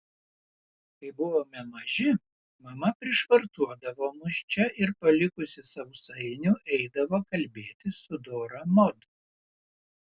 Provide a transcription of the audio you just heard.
kai buvome maži mama prišvartuodavo mus čia ir palikusi sausainių eidavo kalbėtis su dora mod